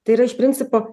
tai yra iš principo